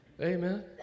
Amen